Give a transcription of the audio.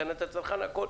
הגנת הצרכן וכו',